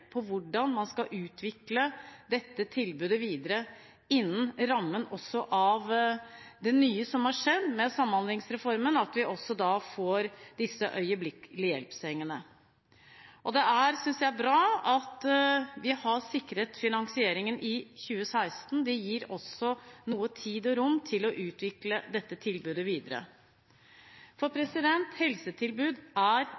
for hvordan man skal utvikle dette tilbudet videre – også innenfor rammen av det nye som har skjedd med samhandlingsreformen, at vi da får disse øyeblikkelig hjelp-sengene. Jeg synes det er bra at vi har sikret finansieringen i 2016. Det gir også noe tid og rom til å utvikle dette tilbudet videre. Helsetilbud er